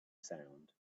sound